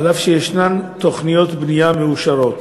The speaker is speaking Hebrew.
אף שישנן תוכניות בנייה מאושרות.